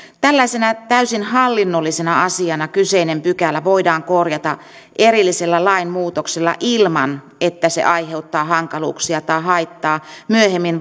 tällaisena täysin hallinnollisena asiana kyseinen pykälä voidaan korjata erillisellä lainmuutoksella ilman että se aiheuttaa hankaluuksia tai haittaa myöhemmin